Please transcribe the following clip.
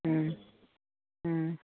ம் ம்